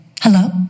Hello